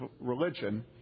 religion